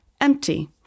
empty